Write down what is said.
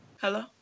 Hello